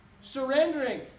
Surrendering